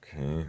Okay